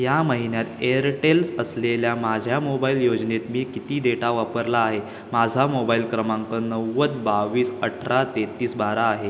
या महिन्यात एअरटेल्स असलेल्या माझ्या मोबाईल योजनेत मी किती डेटा वापरला आहे माझा मोबाईल क्रमांक नव्वद बावीस अठरा तेहेतीस बारा आहे